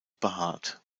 behaart